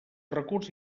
recurs